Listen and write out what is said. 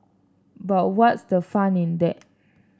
but what's the fun in that